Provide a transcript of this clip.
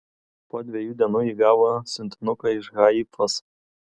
po dviejų dienų ji gavo siuntinuką iš haifos